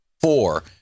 Four